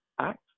act